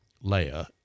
layer